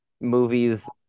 movies